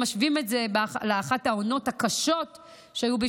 ואם משווים את זה לאחת העונות הקשות שהיו,